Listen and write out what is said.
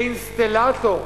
לאינסטלטור.